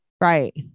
right